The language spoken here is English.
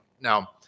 Now